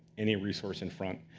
any resource in front,